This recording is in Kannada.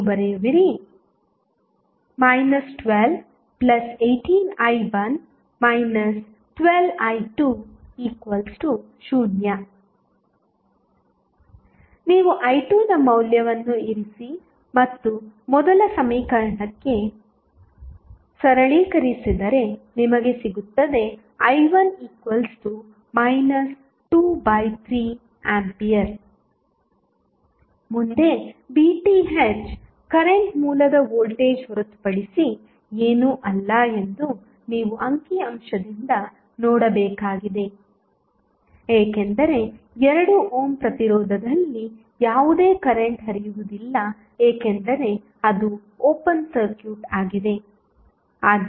ನೀವು ಬರೆಯುವಿರಿ 12 18i1 12i2 0 ನೀವು i2ನ ಮೌಲ್ಯವನ್ನು ಇರಿಸಿ ಮತ್ತು ಮೊದಲ ಸಮೀಕರಣಕ್ಕೆ ಸರಳೀಕರಿಸಿದರೆ ನಿಮಗೆ ಸಿಗುತ್ತದೆ i1 23A ಮುಂದೆ VTh ಕರೆಂಟ್ ಮೂಲದ ವೋಲ್ಟೇಜ್ ಹೊರತುಪಡಿಸಿ ಏನೂ ಅಲ್ಲ ಎಂದು ನೀವು ಅಂಕಿ ಅಂಶದಿಂದ ನೋಡಬೇಕಾಗಿದೆ ಏಕೆಂದರೆ 2 ಓಮ್ ಪ್ರತಿರೋಧದಲ್ಲಿ ಯಾವುದೇ ಕರೆಂಟ್ ಹರಿಯುವುದಿಲ್ಲ ಏಕೆಂದರೆ ಅದು ಓಪನ್ ಸರ್ಕ್ಯೂಟ್ ಆಗಿದೆ